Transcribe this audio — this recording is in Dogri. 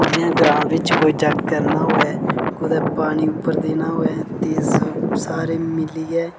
जियां ग्रांऽ बिच्च कोई जग करना होवे कुतै पानी उप्पर देना होवे ते सारे मिलियै